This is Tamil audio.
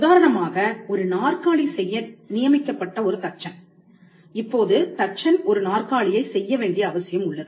உதாரணமாக ஒரு நாற்காலி செய்ய நியமிக்கப்பட்ட ஒரு தச்சன் இப்போது தச்சன் ஒரு நாற்காலியை செய்யவேண்டிய அவசியம் உள்ளது